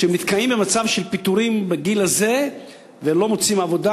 כשהם נתקעים במצב של פיטורים בגיל הזה ולא מוצאים עבודה,